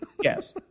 Yes